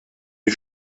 les